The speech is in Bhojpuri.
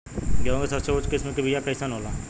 गेहूँ के सबसे उच्च किस्म के बीया कैसन होला?